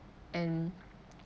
and